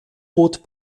boot